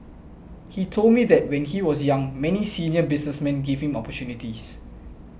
he told me that when he was young many senior businessmen gave him opportunities